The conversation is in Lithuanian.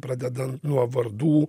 pradedant nuo vardų